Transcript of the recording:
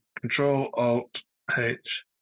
Control-Alt-H